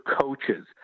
coaches